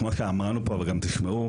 כמו שאמרנו פה וגם תשמעו,